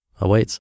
awaits